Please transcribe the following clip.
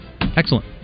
Excellent